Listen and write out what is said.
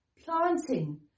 planting